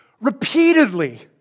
repeatedly